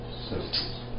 systems